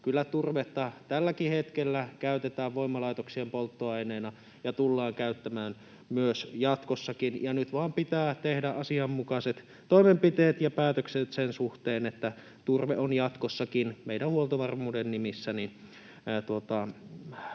kyllä turvetta tälläkin hetkellä käytetään voimalaitoksien polttoaineena ja tullaan käyttämään myös jatkossakin. Nyt vain pitää tehdä asianmukaiset toimenpiteet ja päätökset sen suhteen, että turve on jatkossakin meidän huoltovarmuutemme nimissä